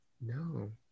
No